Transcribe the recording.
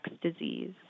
disease